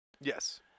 Yes